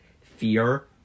fear